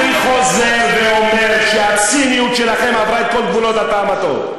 אני חוזר ואומר שהציניות שלכם עברה את כל גבולות הטעם הטוב.